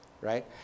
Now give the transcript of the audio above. right